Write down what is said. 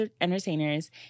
Entertainers